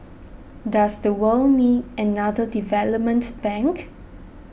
does the world need another development bank